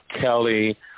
Kelly